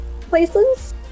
Places